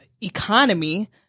economy